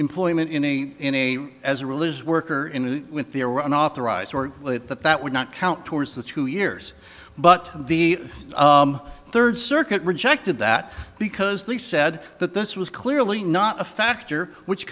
employment in a in a as a religious worker in fear were unauthorized or that that would not count towards the two years but the third circuit rejected that because they said that this was clearly not a factor which